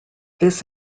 this